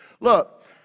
Look